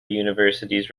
universities